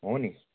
हो नि